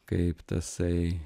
kaip tasai